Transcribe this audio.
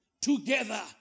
together